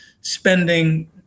spending